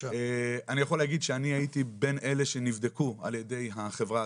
אני יכול להגיד שאני הייתי בין אלה שנבדקו על ידי החברה,